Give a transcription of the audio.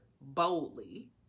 boldly